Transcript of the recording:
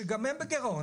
שגם הן בגירעון,